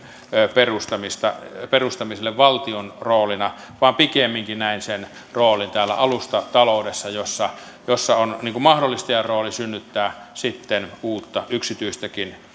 perustamista perustamista valtion roolina vaan pikemminkin näen sen roolin täällä alustataloudessa jossa jossa on mahdollistajan rooli synnyttää sitten uutta yksityistäkin